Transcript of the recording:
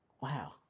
wow